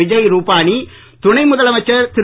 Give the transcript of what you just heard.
விஜய் ரூபானி துணை முதலமைச்சர் திரு